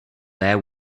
their